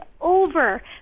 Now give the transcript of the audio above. over